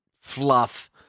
fluff